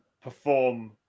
perform